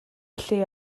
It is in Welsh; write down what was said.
lle